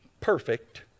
perfect